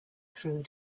through